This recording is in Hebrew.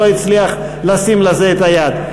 לא הצליח לשים על זה את היד.